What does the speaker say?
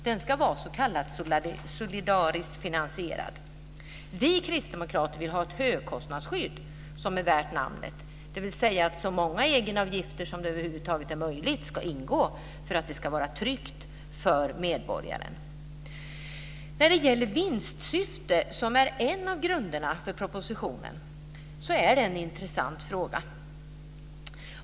Den ska vara s.k. solidariskt finansierad. Vi kristdemokrater vill ha ett högkostnadsskydd som är värt namnet, dvs. att så många egenavgifter som det över huvud taget är möjligt ska ingå för att det ska vara tryggt för medborgaren. När det gäller vinstsyfte, som är en av grunderna för propositionen, kan jag säga att det är en intressant fråga.